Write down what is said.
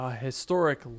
historic